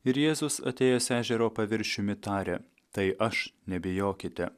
ir jėzus atėjęs ežero paviršiumi tarė tai aš nebijokite